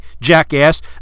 jackass